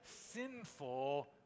sinful